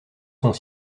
sont